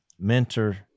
mentor